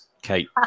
Kate